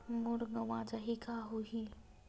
मोर गंवा जाहि का होही?